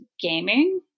gaming